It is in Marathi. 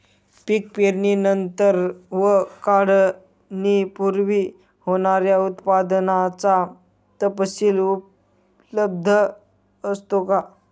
पीक पेरणीनंतर व काढणीपूर्वी होणाऱ्या उत्पादनाचा तपशील उपलब्ध असतो का?